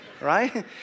right